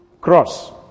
Cross